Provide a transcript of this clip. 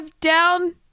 down